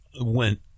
went